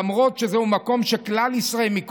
למרות שזהו מקום שמגיעים אליו כלל ישראל,